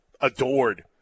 Adored